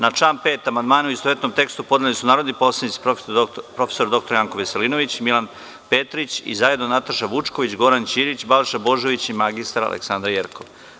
Na član 5. amandmane, u istovetnom tekstu, podneli su narodni poslanici prof. dr Janko Veselinović, Milan Petrić i zajedno Nataša Vučković, Goran Ćirić, Balša Božović i mr Aleksandra Jerkov.